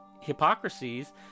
hypocrisies